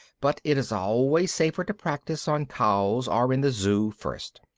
but it is always safer to practise on cows or in the zoo first.